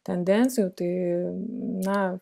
tendencijų tai na